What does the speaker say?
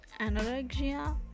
anorexia